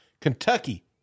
Kentucky